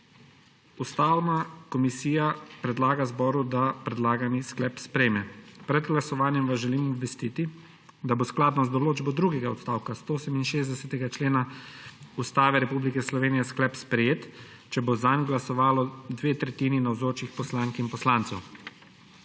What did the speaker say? Ustavna komisija predlaga zboru, da predlagani sklep sprejme. Pred glasovanjem vas želim obvestiti, da bo skladno z določbo drugega odstavka 168. člena Ustave Republike Slovenije sklep sprejet, če bo zanj glasovalo dve tretjini navzočih poslank in poslancev.